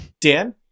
Dan